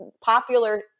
popular